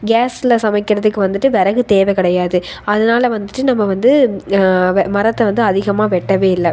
கேஸில் சமைக்கிறதுக்கு வந்துட்டு விறகு தேவை கிடையாது அதனால் வந்துட்டு நம்ம வந்து வெ மரத்தை வந்து அதிகமாக வெட்டவேயில்ல